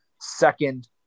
second